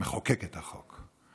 מחוקק את החוק.